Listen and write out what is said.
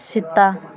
Sita